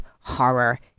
horror